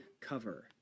cover